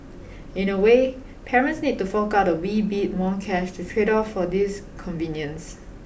in a way parents need to fork out a wee bit more cash to trade off for this convenience